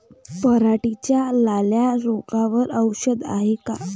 पराटीच्या लाल्या रोगावर औषध हाये का?